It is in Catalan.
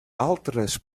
altres